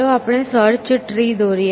ચાલો આપણે search tree દોરીએ